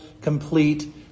complete